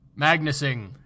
Magnusing